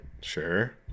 Sure